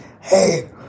hey